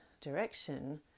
direction